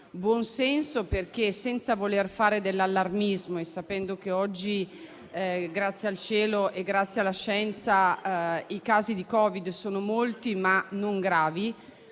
buon senso. Senza voler fare dell'allarmismo e sapendo che oggi, grazie al cielo e grazie alla scienza, i casi di Covid sono molti ma non gravi,